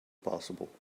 possible